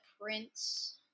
prince